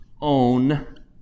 own